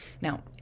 Now